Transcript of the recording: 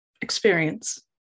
Experience